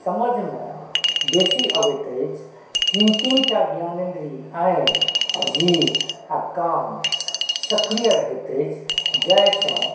समझमे बेसी आबैत अछि तीन तीनटा ज्ञानेंद्रिय आँखि जीह आ कान सक्रिय रहैत अछि जाहिसँ